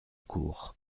cour